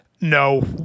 No